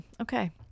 Okay